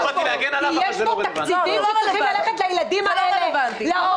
יש פה תקציבים שצריכים ללכת לילדים האלה.